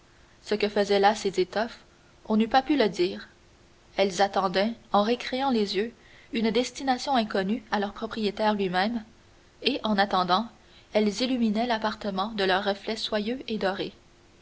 ce que faisaient là ces étoffes on n'eût pas pu le dire elles attendaient en récréant les yeux une destination inconnue à leur propriétaire lui-même et en attendant elles illuminaient l'appartement de leurs reflets soyeux et dorés